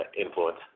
influence